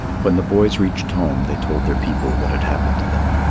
when the boys reached home, they told their people what had happened to them.